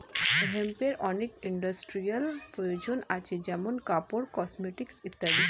হেম্পের অনেক ইন্ডাস্ট্রিয়াল প্রয়োজন আছে যেমন কাপড়, কসমেটিকস ইত্যাদি